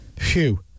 Phew